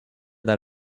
that